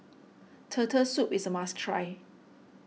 Turtle Soup is a must try